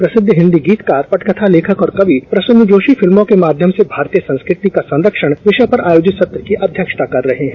प्रसिद्ध हिन्दी गीतकार पटकथा लेखक और कवि प्रसून जोशी फिल्मों के माध्यम से भारतीय संस्कृति का संरक्षण विषय पर आयोजित सत्र की अध्यक्षता कर रहे है